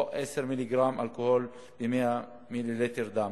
או 10 מיליגרם אלכוהול ב-100 מיליליטר דם,